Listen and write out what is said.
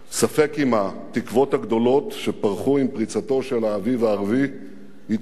ספק אם התקוות הגדולות שפרחו עם פריחתו של האביב הערבי יתממשו,